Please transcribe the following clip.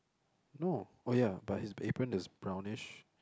no oh ya but his apron is brownish